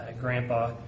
Grandpa